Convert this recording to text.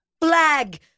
flag